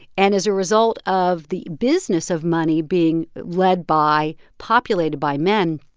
and as a result of the business of money being led by, populated by men,